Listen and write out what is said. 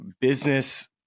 business